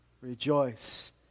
Rejoice